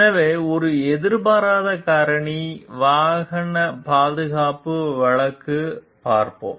எனவே ஒரு எதிர்பாராத காரணி வாகன பாதுகாப்பு வழக்கு பார்ப்போம்